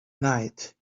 night